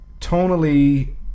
tonally